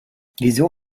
wieso